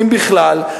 אם בכלל,